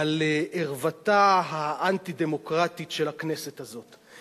על ערוותה האנטי-דמוקרטית של הכנסת הזאת.